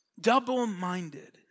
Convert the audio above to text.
Double-minded